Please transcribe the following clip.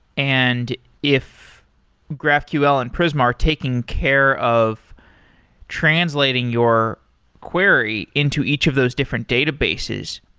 and if graphql and prisma are taking care of translating your query into each of those different databases,